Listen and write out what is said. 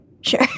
Sure